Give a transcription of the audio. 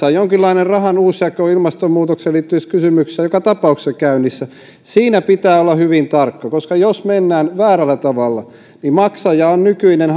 on jonkinlainen rahan uusjako ilmastonmuutokseen liittyvissä kysymyksissä joka tapauksessa käynnissä siinä pitää olla hyvin tarkka koska jos mennään väärällä tavalla niin maksaja on nykyinen